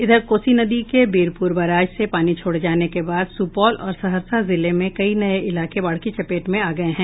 इधर कोसी नदी के बीरपुर बराज से पानी छोड़े जाने के बाद सुपौल और सहरसा जिले में कई नये इलाके बाढ़ की चपेट में आ गये हैं